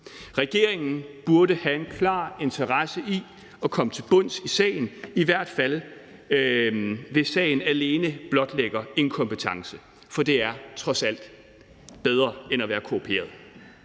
Regeringen burde have en klar interesse i at komme til bunds i sagen, i hvert fald hvis sagen alene blotlægger inkompetence, for det er trods alt bedre end at være korrumperet.